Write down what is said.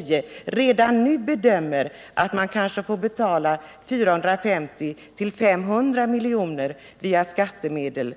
vi redan nu kan bedöma att vi kanske för 1979 får betala 450-500 milj.kr. via skattemedel.